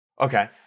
Okay